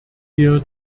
wir